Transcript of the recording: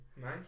Nice